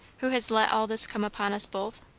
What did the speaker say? who has let all this come upon us both?